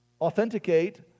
authenticate